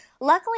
luckily